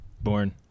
born